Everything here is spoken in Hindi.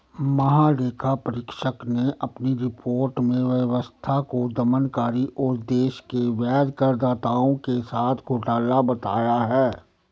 महालेखा परीक्षक ने अपनी रिपोर्ट में व्यवस्था को दमनकारी और देश के वैध करदाताओं के साथ घोटाला बताया है